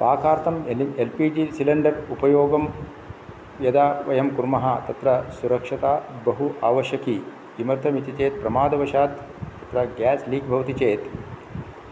पाकार्थम् L P G cylinder उपयोगं यदा वयं कुर्मः तत्र सुरक्षता बहु आवश्यकी किमर्थमित्युक्ते प्रमादवशात् तत्र ग्यास् लीक् भवति चेत्